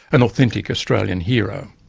an authentic australian hero.